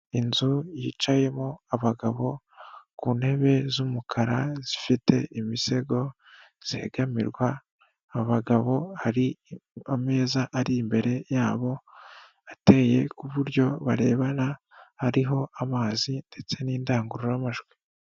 Inzu yicayemo abagabo ku ntebe z'umukara zifite imisego zegamirwa, abagabo hari ameza ari imbere yabo, ateye ku buryo barebana, hariho amazi ndetse n'indangururamajwi.